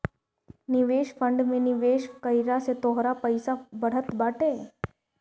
निवेश फंड में निवेश कइला से तोहार पईसा बढ़त बाटे